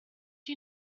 you